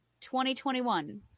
2021